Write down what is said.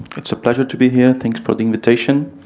it's a pleasure to be here. thanks for the invitation.